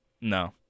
No